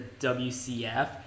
WCF